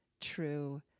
true